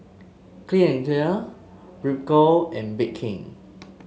Clean and Clear Ripcurl and Bake King